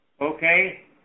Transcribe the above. Okay